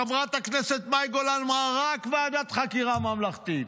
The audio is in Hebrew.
חברת הכנסת מאי גולן אמרה: רק ועדת חקירה ממלכתית.